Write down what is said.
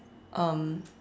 um